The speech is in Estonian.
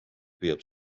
püüab